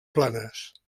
planes